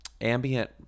ambient